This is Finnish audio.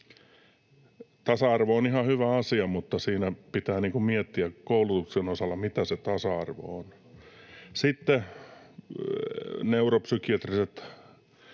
Tasa-arvo on ihan hyvä asia, mutta pitää miettiä koulutuksen osalla, mitä se tasa-arvo on. Sitten tavallansa neuropsykiatrisilla